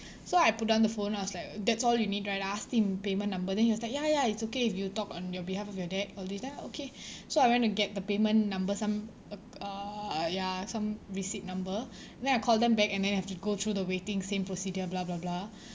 so I put down the phone I was like that's all you need right I asked him payment number then he was like ya ya it's okay if you talk on your behalf of your dad all this ya okay so I went to get the payment number some uh uh ya some receipt number then I called them back and then have to go through the waiting same procedure blah blah blah